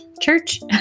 church